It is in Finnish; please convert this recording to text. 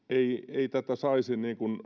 ei saisi